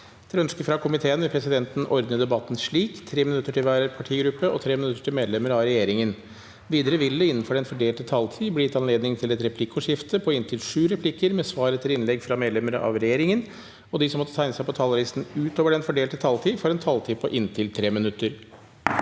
og forsvarskomiteen vil presidenten ordne debatten slik: 3 minutter til hver partigruppe og 3 minutter til medlemmer av regjeringen. Videre vil det – innenfor den fordelte taletid – bli gitt anledning til inntil sju replikker med svar etter innlegg fra medlemmer av regjeringen, og de som måtte tegne seg på talerlisten utover den fordelte taletid, får også en taletid på inntil 3 minutter.